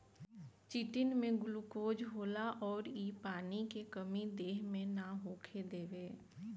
chitin में glucose होला अउर इ पानी के कमी देह मे ना होखे देवे